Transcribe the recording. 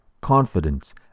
confidence